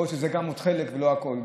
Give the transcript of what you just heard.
יכול להיות שזה חלק ולא הכול,